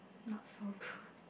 not so good